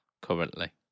currently